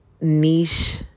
niche